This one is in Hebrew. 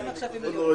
מקבצי